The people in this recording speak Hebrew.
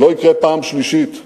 לא יקרה פעם שלישית?